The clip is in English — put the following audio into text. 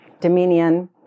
Dominion